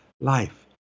life